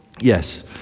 Yes